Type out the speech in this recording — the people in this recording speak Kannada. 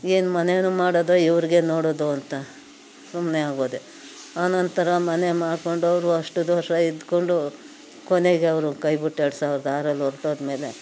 ಏನು ಮನೇನು ಮಾಡೋದ ಇವ್ರಿಗೆ ನೋಡೋದು ಅಂತ ಸುಮ್ಮನೆ ಆಗೋದೆ ಆ ನಂತರ ಮನೆ ಮಾಡ್ಕೊಂಡವ್ರು ಅಷ್ಟು ದೋಷ ಇದ್ಕೊಂಡು ಕೊನೆಗೆ ಅವರು ಕೈ ಬಿಟ್ಟು ಎರ್ಡು ಸಾವ್ರ್ದ ಆರಲ್ಲಿ ಹೊರ್ಟೋದ್ಮೇಲೆ